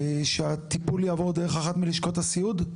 שהטיפול יעבור דרך אחת מלשכות הסיעוד?